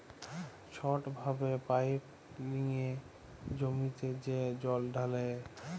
ছট ভাবে পাইপ লিঁয়ে জমিতে যে জল ঢালে